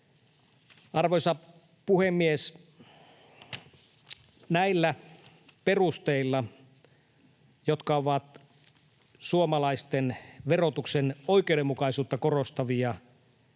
Arvoisa puhemies! Näillä perusteilla, jotka ovat suomalaisten verotuksen oikeudenmukaisuutta korostavia,